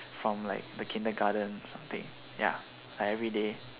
from like the kindergarten or something ya like everyday